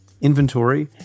inventory